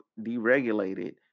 deregulated